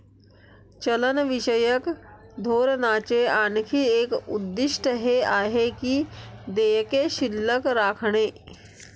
चलनविषयक धोरणाचे आणखी एक उद्दिष्ट हे आहे की देयके शिल्लक राखणे